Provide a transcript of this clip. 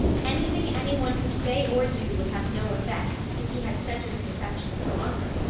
anything any one could say or do would have no effect, if he had centred his affections upon her,